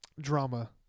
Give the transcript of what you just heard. drama